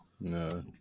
no